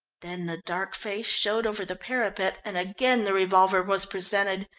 then the dark face showed over the parapet and again the revolver was presented.